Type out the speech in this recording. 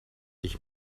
ich